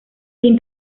sin